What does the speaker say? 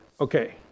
Okay